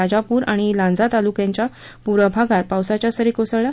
राजापूर आणि लांजा तालुक्यांच्या पूर्व भागात पावसाच्या सरी कोसळल्या